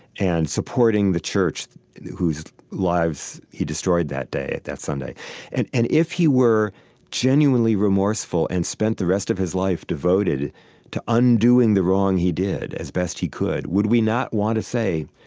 and supporting the church whose lives he destroyed that day, that sunday and and if he were genuinely remorseful and spent the rest of his life devoted to undoing the wrong he did as best he could, would we not want to say,